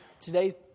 Today